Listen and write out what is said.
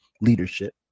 leadership